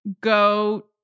go